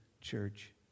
church